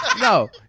No